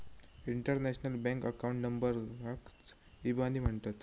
international bank account नंबराकच इबानी म्हणतत